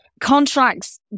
contracts